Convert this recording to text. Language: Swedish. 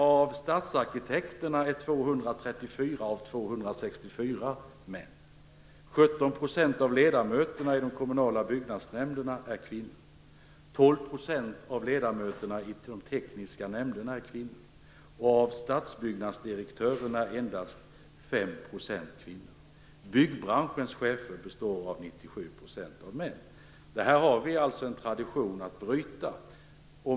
Av stadsarkitekterna är 234 av 264 män. 17 % av ledamöterna i de kommunala byggnadsnämnderna är kvinnor. 12 % av ledamöterna i de tekniska nämnderna är kvinnor, och av stadsbyggnadsdirektörerna är endast Här finns alltså en tradition att bryta.